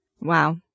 Wow